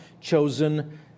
chosen